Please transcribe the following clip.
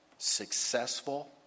successful